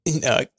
No